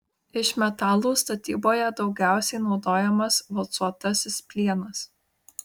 iš metalų statyboje daugiausiai naudojamas valcuotasis plienas